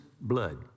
blood